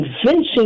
convincing